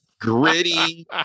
Gritty